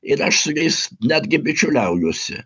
ir aš su jais netgi bičiuliaujuosi